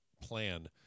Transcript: plan